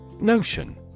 Notion